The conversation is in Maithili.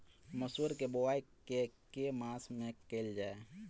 मसूर केँ बोवाई केँ के मास मे कैल जाए?